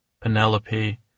Penelope